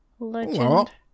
legend